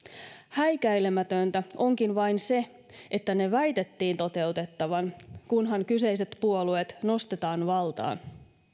häikäilemätöntä onkin vain se että ne väitettiin toteutettavan kunhan kyseiset puolueet nostetaan valtaan